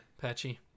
Patchy